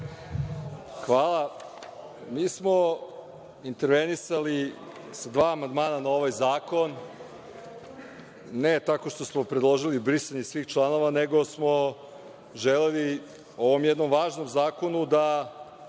Hvala. Mi smo intervenisali sa dva amandmana na ovaj zakon, ne tako što smo predložili brisanje svih članova, nego smo želeli ovom jednom važnom zakonu da